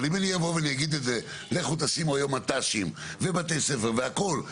אבל אם אני אבוא ואגיד את זה לכו תשימו היום מט"שים ובתי ספר והכל,